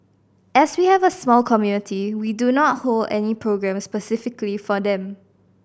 as we have a small community we do not hold any programmes specifically for them